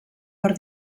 per